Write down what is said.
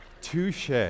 Touche